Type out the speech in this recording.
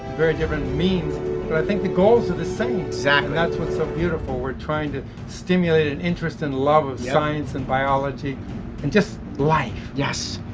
very different means but i think the goals are the same, and that's what's so beautiful. we're trying to stimulate an interest and love of science and biology and just life! yes!